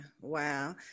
wow